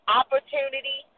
opportunity